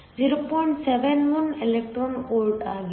71 electron volt ಆಗಿದೆ